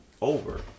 over